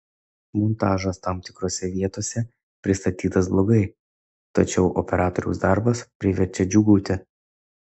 montažas tam tikrose vietose pristatytas blogai tačiau operatoriaus darbas priverčia džiūgauti